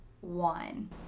one